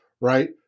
right